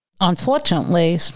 unfortunately